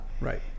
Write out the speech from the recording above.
right